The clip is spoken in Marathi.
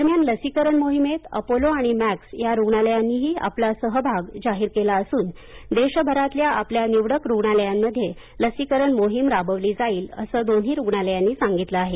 दरम्यान लसीकरण मोहिमेत अपोलो आणि मॅक्स या रुग्णालयांनीही आपला सहभाग जाहीर केला असून देशभरातल्या आपल्या निवडक रुग्णालयांमध्ये लसीकरण मोहीम राबवली जाईल असं या दोन्ही रुग्णालयांनी सांगितलं आहे